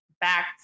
back